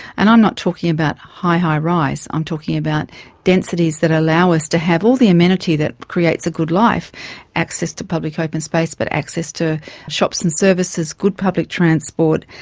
and i'm not talking about high-high-rise, i'm talking about densities that allow us to have all the amenity that creates a good life access to public open space but access to shops and services, good public transport,